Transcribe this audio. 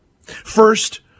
First